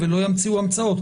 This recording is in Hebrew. ולא ימציאו המצאות.